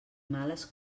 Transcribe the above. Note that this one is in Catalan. males